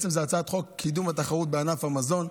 מדובר בהצעת חוק קידום התחרות בענף המזון,